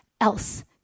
else